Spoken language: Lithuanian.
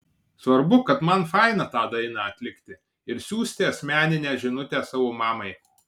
svarbu kad man faina tą dainą atlikti ir siųsti asmeninę žinutę savo mamai